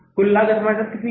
कुल लागत हमारे साथ कितनी है